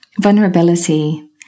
vulnerability